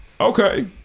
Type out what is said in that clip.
Okay